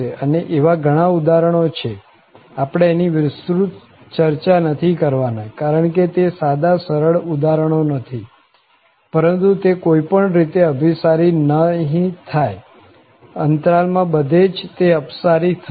અને એવા ઘણા ઉદાહરણો છે આપણે એની વિસ્તૃત ચર્ચા નથી કરવાના કારણ કે તે સાદા સરળ ઉદાહરણો નથી પરંતુ તે કોઈ પણ રીતે અભિસારી નહી થાય અંતરાલ માં બધે જ તે અપસારી થશે